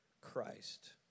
Christ